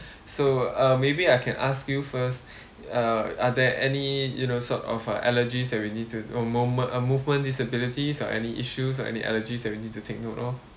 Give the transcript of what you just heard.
so uh maybe I can ask you first uh are there any you know sort of uh allergies that we need to or moment a movement disabilities or any issues or any allergies that we need to take note of